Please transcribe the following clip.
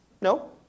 No